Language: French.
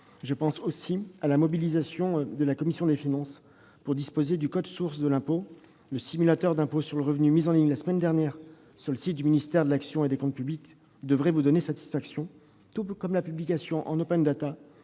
Je pense aussi à la mobilisation de la commission des finances pour disposer du « code source » de l'impôt : le simulateur d'impôt sur le revenu mis en ligne la semaine dernière sur le site du ministère de l'action et des comptes publics devrait vous donner satisfaction, tout comme la publication en open data